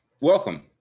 Welcome